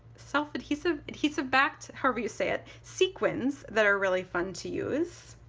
so adhesive adhesive backed, however you say it, sequins that are really fun to use.